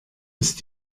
ist